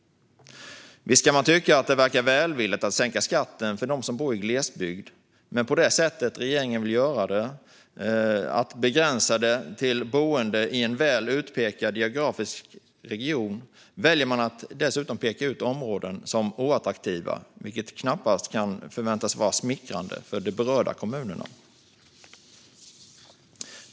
Visst kan man tycka att det verkar välvilligt att sänka skatten för de som bor i glesbygd, men på det sätt som regeringen vill göra det och begränsa det till boende i en väl utpekad geografisk region pekar man ut områden som oattraktiva, vilket knappast kan förväntas vara smickrande för de berörda kommunerna.